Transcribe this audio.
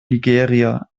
nigeria